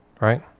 Right